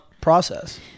process